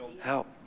Help